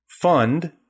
fund